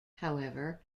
however